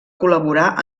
col·laborar